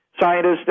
scientists